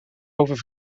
over